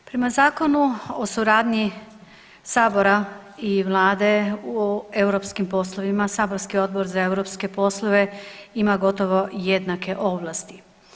Prema Zakonu o suradnji sabora i vlade u europskim poslovima saborski Odbor za europske poslove ima gotovo jednake ovlasti.